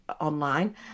online